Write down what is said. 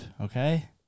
okay